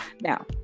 Now